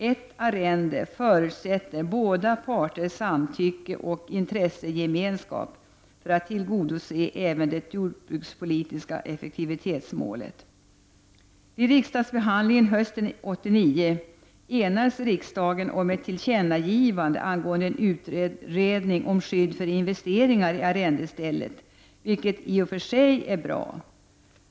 Ett arrende förutsätter båda parters samtycke och intressegemenskap för att även det jordbrukspolitiska effektivitetsmålet skall tillgodoses. Vid riksdagsbehandlingen hösten 1989 enades riksdagen om ett tillkännagivande angående en utredning om skydd för investeringar i arrendestället, vilket i och för sig är bra.